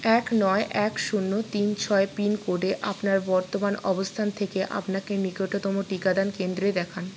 এক নয় এক শূন্য তিন ছয় পিন কোডে আপনার বর্তমান অবস্থান থেকে আপনাকে নিকটতম টিকাদান কেন্দ্রে দেখান